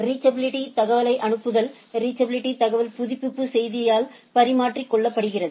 reachability தகவலை அனுப்புதல் reachability தகவல் புதுப்பிப்பு செய்தியால் பரிமாறிக்கொள்ளப்படுகிறது